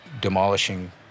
demolishing